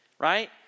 right